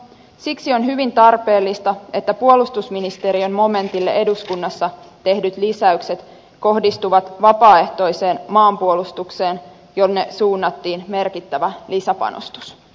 siksi on hyvin tarpeellista että puolustusministeriön momentille eduskunnassa tehdyt lisäykset kohdistuvat vapaaehtoiseen maanpuolustukseen jonne suunnattiin merkittävä lisäpanostus